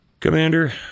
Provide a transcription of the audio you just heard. Commander